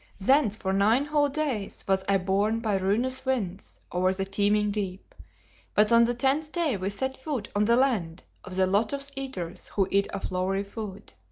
thence for nine whole days was i borne by ruinous winds over the teeming deep but on the tenth day we set foot on the land of the lotus-eaters who eat a flowery food.